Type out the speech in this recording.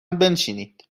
بنشینید